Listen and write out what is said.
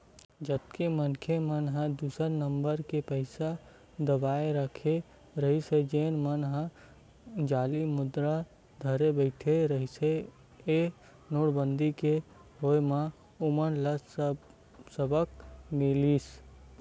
जतेक मनखे मन ह दू नंबर के पइसा दबाए रखे रहिस जेन मन ह जाली मुद्रा धरे बइठे रिहिस हे नोटबंदी के होय म ओमन ल सबक मिलिस